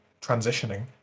transitioning